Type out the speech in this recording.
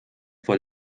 vor